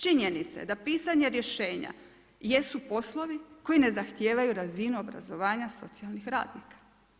Činjenica je da pisanje rješenja, a jesu poslovi, koji ne zahtijevaju razinu obrazovanja socijalnih radnika.